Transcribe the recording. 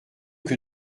que